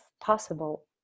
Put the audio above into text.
possible